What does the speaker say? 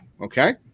okay